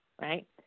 right